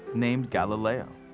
named galileo.